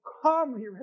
Calmly